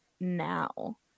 now